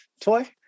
Toy